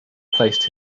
placed